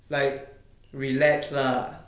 is like relax lah